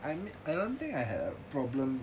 I don't think I have problem